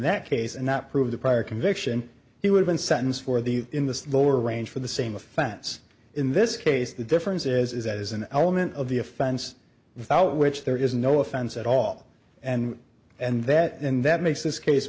that case and not prove the prior conviction he would been sentenced for the in the lower range for the same offense in this case the difference is that is an element of the offense without which there is no offense at all and and that and that makes this case